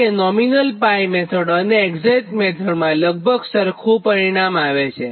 તો nominal 𝜋 method અને exact method બંનેમાં લગભગ સરખું છે